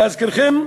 להזכירכם,